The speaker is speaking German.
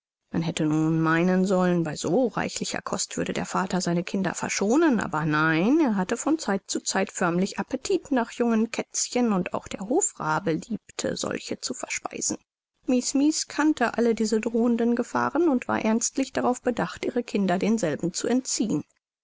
man hätte nun meinen sollen bei so reichlicher kost würde der vater seine kinder verschonen aber nein er hatte von zeit zu zeit förmlich appetit nach jungen kätzchen und auch der hofrabe liebte solche zu verspeisen mies mies kannte alle diese drohenden gefahren und war ernstlich darauf bedacht ihre kinder denselben zu entziehen